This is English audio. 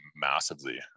massively